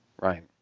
Right